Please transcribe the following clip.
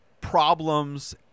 problems